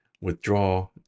withdraw